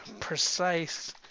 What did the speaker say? precise